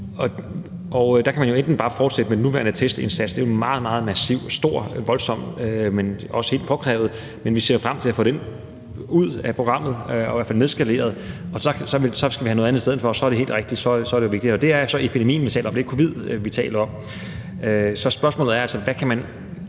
Der kan man jo enten bare fortsætte med den nuværende testindsats, der er meget, meget massiv og stor og voldsom, men også helt påkrævet, og som vi ser frem til at få helt ud af programmet og i hvert fald nedskaleret. Så skal vi have noget andet i stedet for, og så er det helt rigtigt, at det er vigtigt. Det er så epidemien, vi taler om – det er ikke covid, vi taler om. Så spørgsmålet er altså: Er det relevant,